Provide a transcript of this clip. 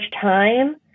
time